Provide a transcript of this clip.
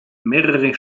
mehrere